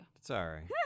Sorry